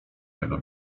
tego